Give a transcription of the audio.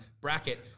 bracket